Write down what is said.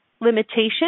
limitation